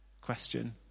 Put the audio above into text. Question